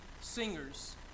singers